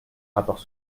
rapports